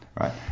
right